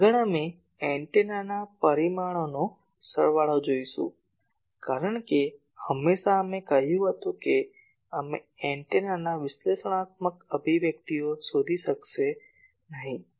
આગળ અમે એન્ટેનાના પરિમાણોનો સરવાળો જોશું કારણ કે હંમેશાં અમે કહ્યું હતું કે અમે એન્ટેનાના વિશ્લેષણાત્મક અભિવ્યક્તિઓ શોધી શકશે નહીં